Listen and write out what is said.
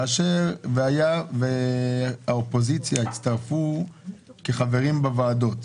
והיה והאופוזיציה יצטרפו כחברים בוועדות,